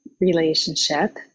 relationship